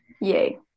yay